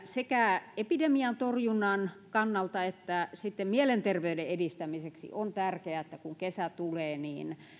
sekä epidemian torjunnan kannalta että sitten mielenterveyden edistämiseksi on tärkeää että kun kesä tulee niin